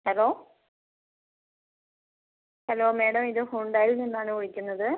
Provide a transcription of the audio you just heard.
hello hello madam ഇത് ഹുണ്ടായിൽ നിന്നാണ് വിളിക്കുന്നത്